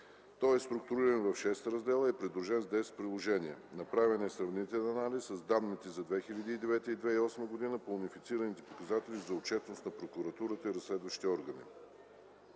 Той е структуриран в 6 раздела и е придружен с 10 приложения. Направен е сравнителен анализ с данните за 2009 г. и 2008 г. по унифицираните показатели за отчетност на Прокуратурата и разследващите органи.